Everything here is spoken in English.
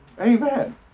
Amen